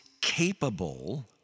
capable